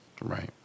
right